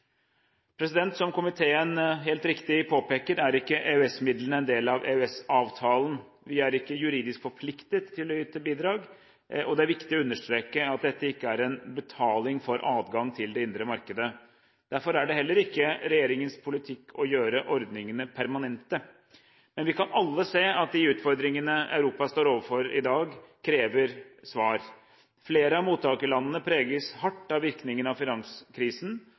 Som komiteen helt riktig påpeker, er ikke EØS-midlene en del av EØS-avtalen. Vi er ikke juridisk forpliktet til å yte bidrag, og det er viktig å understreke at dette ikke er en betaling for adgang til det indre markedet. Derfor er det heller ikke regjeringens politikk å gjøre ordningene permanente. Men vi kan alle se at de utfordringene Europa står overfor i dag, krever svar. Flere av mottakerlandene preges hardt av virkningene av finanskrisen.